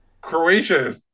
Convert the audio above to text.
Croatia